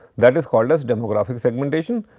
that is called as demographic segmentation.